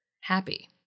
happy